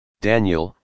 Daniel